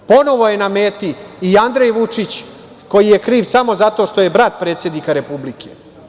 Ponovo je na meti i Andrej Vučić, koji je kriv samo zato što je brat predsednika Republike.